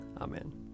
Amen